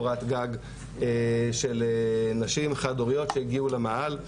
קורת גג של נשים חד הוריות שהגיעו למאהל.